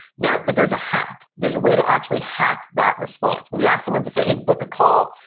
now, but there's a hack. there's a way to actually hack that response. when you ask someone to say, hey, book a call,